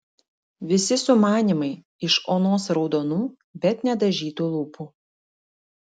visi sumanymai iš onos raudonų bet nedažytų lūpų